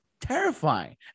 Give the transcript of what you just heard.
terrifying